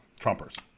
Trumpers